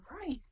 Right